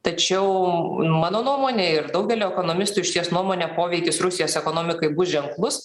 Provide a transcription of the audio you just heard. tačiau mano nuomone ir daugelio ekonomistų išties nuomone poveikis rusijos ekonomikai bus ženklus